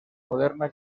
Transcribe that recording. moderna